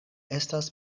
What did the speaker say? estas